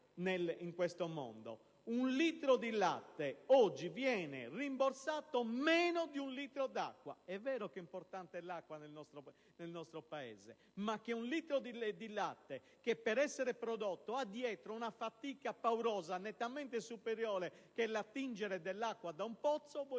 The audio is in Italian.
un litro di latte oggi viene rimborsato meno di un litro d'acqua. È vero che è importante l'acqua nel nostro Paese, ma un litro di latte per essere prodotto richiede una fatica paurosa, nettamente superiore a quella necessaria per attingere acqua da un pozzo.